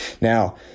Now